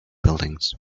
buildings